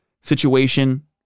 situation